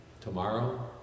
tomorrow